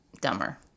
dumber